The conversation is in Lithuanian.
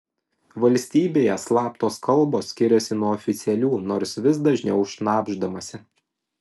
valstybėje slaptos kalbos skiriasi nuo oficialių nors vis dažniau šnabždamasi